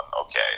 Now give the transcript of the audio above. okay